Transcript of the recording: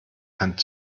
hand